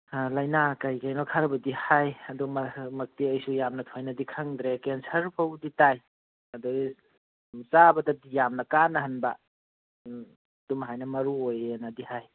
ꯂꯥꯏꯅꯥ ꯀꯔꯤ ꯀꯔꯤꯅꯣ ꯈꯔꯕꯨꯗꯤ ꯍꯥꯏ ꯑꯗꯨ ꯃꯛꯇꯤ ꯑꯩꯁꯨ ꯌꯥꯝ ꯊꯣꯏꯅꯗꯤ ꯈꯪꯗ꯭ꯔꯦ ꯀꯦꯟꯁꯔ ꯐꯥꯎꯕꯗꯤ ꯇꯥꯏ ꯑꯗꯒꯤ ꯆꯥꯕꯗꯗꯤ ꯌꯥꯝ ꯀꯥꯟꯅꯍꯟꯕ ꯑꯗꯨꯍꯥꯏꯅ ꯃꯔꯨ ꯑꯣꯏꯌꯦꯅꯗꯤ ꯍꯥꯏ